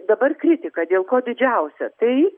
dabar kritika dėl ko didžiausia tai